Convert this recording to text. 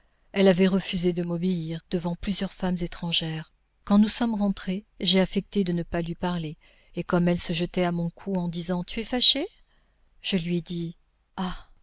elle avait refusé de m'obéir devant plusieurs femmes étrangères quand nous sommes rentrées j'ai affecté de ne pas lui parler et comme elle se jetait à mon cou en disant tu es fâchée je lui ai dit ah